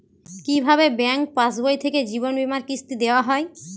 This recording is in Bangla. কি ভাবে ব্যাঙ্ক পাশবই থেকে জীবনবীমার কিস্তি দেওয়া হয়?